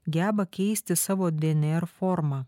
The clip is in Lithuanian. geba keisti savo dnr formą